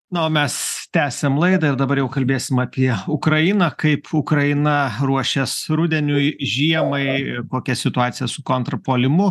na o mes tęsiam laidą ir dabar jau kalbėsim apie ukrainą kaip ukraina ruošias rudeniui žiemai kokia situacija su kontrpuolimu